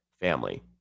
family